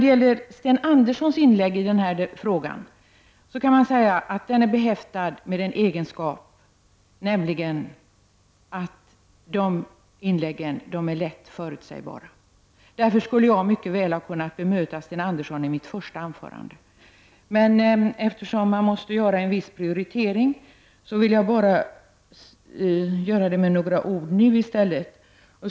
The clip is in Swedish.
Man kan om Sten Anderssons i Malmö inlägg i denna fråga säga att de är behäftade med en egenskap, nämligen att de är lätt förutsägbara. Jag skulle därför mycket väl ha kunnat bemöta Sten Andersson i mitt första anförande. Men eftersom man måste göra en viss prioritering vill jag i stället nu bemöta honom med några ord.